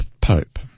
Pope